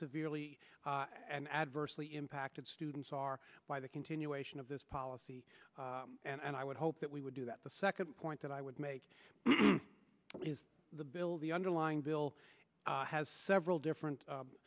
severely and adversely impacted students are by the continuation of this policy and i would hope that we would do that the second point that i would make is the bill the underlying bill has several different